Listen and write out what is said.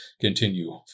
continue